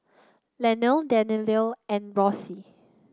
Lanie Danielle and Rose